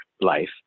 life